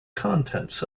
contents